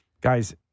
guys